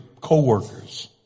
coworkers